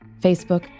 Facebook